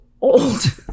old